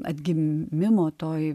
atgimimo toji